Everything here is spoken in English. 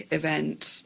events